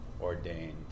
ordained